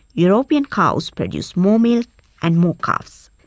european cows produce more milk and more calves.